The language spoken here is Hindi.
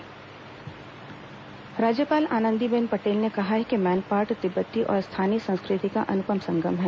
राज्यपाल मैनपाट राज्यपाल आनंदीबेन पटेल ने कहा है कि मैनपाट तिब्बती और स्थानीय संस्कृति का अनुपम संगम है